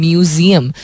Museum